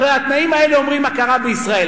הרי התנאים האלה אומרים הכרה בישראל.